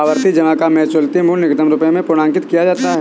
आवर्ती जमा का मैच्योरिटी मूल्य निकटतम रुपये में पूर्णांकित किया जाता है